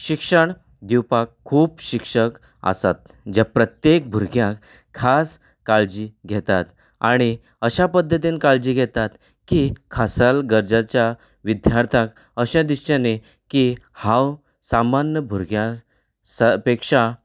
शिक्षण दिवपाक खूब शिक्षक आसात जे प्रत्येक भुरग्यांक खास काळजी घेतात आनी अशा पद्दतीन काळजी घेतात की खासा गरजेच्या विद्यार्थ्यांक अशें दिसचें न्ही की हांव सामान्य भुरग्यां पेक्षा